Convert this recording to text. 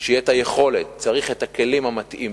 שתהיה היכולת, וצריך לתת את הכלים המתאימים